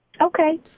okay